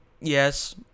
Yes